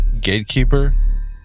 gatekeeper